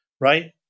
right